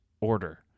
order